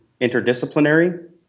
interdisciplinary